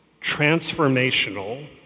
transformational